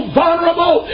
vulnerable